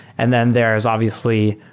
and then there is obviously